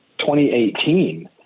2018